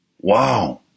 Wow